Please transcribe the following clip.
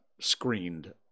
screened